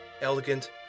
elegant